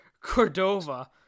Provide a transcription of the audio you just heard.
Cordova